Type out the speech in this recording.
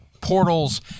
portals